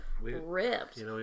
ripped